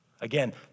Again